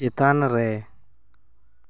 ᱪᱮᱛᱟᱱᱨᱮ